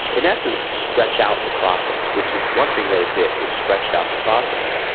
in essence, stretch out the process. which is one thing that it did, it stretched out the process.